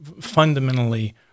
fundamentally